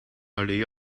allee